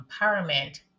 empowerment